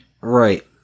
right